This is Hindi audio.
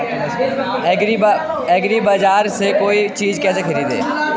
एग्रीबाजार से कोई चीज केसे खरीदें?